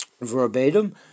verbatim